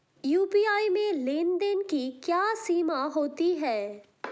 UPI में लेन देन की क्या सीमा होती है?